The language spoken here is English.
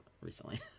recently